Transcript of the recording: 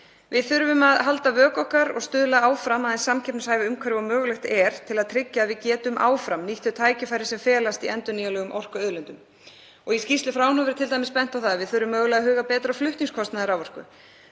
Við þurfum að halda vöku okkar og stuðla áfram að eins samkeppnishæfu umhverfi og mögulegt er til að tryggja að við getum áfram nýtt þau tækifæri sem felast í endurnýjanlegum orkuauðlindum. Í skýrslu Fraunhofer er t.d. bent á að við þurfum mögulega að huga betur að flutningskostnaði raforku.